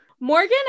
Morgan